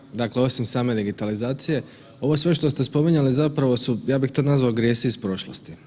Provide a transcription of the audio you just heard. Kolega, dakle osim same digitalizacije, ovo sve što ste spominjali zapravo su, ja bih to nazvao, grijesi iz prošlosti.